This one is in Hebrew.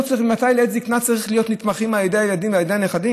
לעת זקנה הם צריכים להיות נתמכים על ידי הילדים ועל ידי הנכדים?